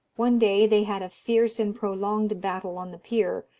one day they had a fierce and prolonged battle on the pier,